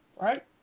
Right